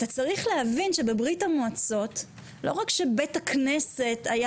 אתה צריך להבין שבברית המועצות לא רק שבית הכנסת היה